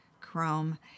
Chrome